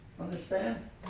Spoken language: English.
Understand